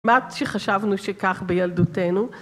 מה שחשבנו שכך בילדותנו?